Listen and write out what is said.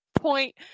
point